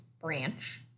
branch